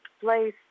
place